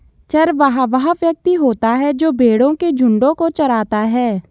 चरवाहा वह व्यक्ति होता है जो भेड़ों के झुंडों को चराता है